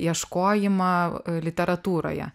ieškojimą literatūroje